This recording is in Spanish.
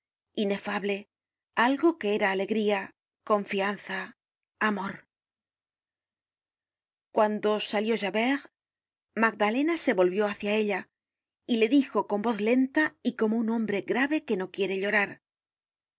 inefable algo que era alegría confianza amor content from google book search generated at cuando salió javert magdalena se volvió hácia ella y le dijo con voz lenta y como un hombre grave que no quiere llorar